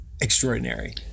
extraordinary